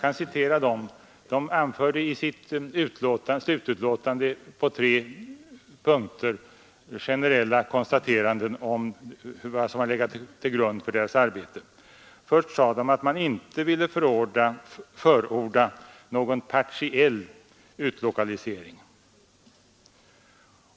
I sitt utlåtande angav delegationen på tre punkter generella riktlinjer som legat till grund för delegationens arbete. För det första hette det att man inte ville förorda någon partiell utlokalisering.